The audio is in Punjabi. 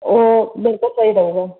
ਉਹ ਬਿਲਕੁਲ ਸਹੀ ਰਹੇਗਾ